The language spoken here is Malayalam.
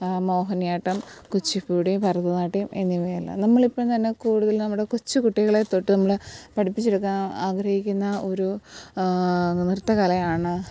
മോഹിനിയാട്ടം കുച്ചിപ്പുടി ഭരനാട്യം എന്നിവയെല്ലാം നമ്മളിപ്പോൾ തന്നെ കൂടുതൽ നമ്മുടെ കൊച്ചു കുട്ടികളെതൊട്ട് നമ്മൾ പഠിപ്പിച്ചെടുക്കാൻ ആഗ്രഹിക്കുന്ന ഒരു നൃത്തകലയാണ്